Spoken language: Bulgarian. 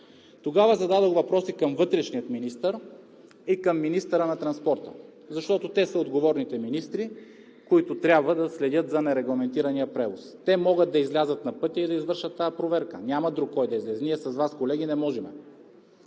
Тогава зададох въпроси към вътрешния министър и към министъра на транспорта, защото те са отговорните министри, които трябва да следят за нерегламентирания превоз. Те могат да излязат на пътя и да извършат тази проверка. Няма друг, който да излезе. Ние с Вас, колеги, не можем.